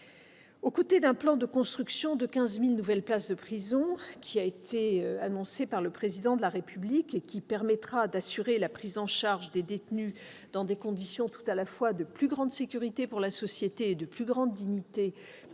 Outre un plan de construction de 15 000 nouvelles places de prison, qui traduit un engagement présidentiel et permettra d'assurer la prise en charge des détenus dans des conditions tout à la fois de plus grande sécurité pour la société et de plus grande dignité pour eux,